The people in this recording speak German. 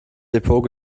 depot